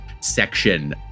section